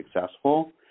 successful